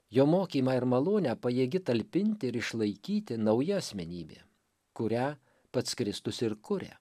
jo mokymą ir malonę pajėgi talpinti ir išlaikyti nauja asmenybė kurią pats kristus ir kuria